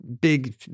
big